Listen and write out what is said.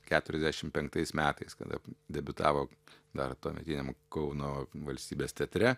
keturiasdešim penktais metais kada debiutavo dar tuometiniam kauno valstybės teatre